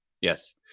yes